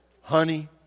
honey